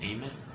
Amen